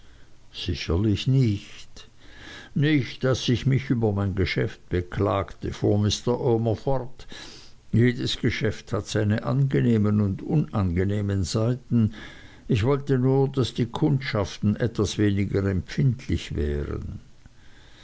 sicherlich nicht nicht daß ich mich über mein geschäft beklagte fuhr mr omer fort jedes geschäft hat seine angenehmen und unangenehmen seiten ich wollte nur daß die kundschaften etwas weniger empfindlich wären